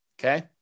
Okay